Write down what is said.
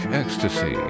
ecstasy